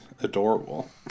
adorable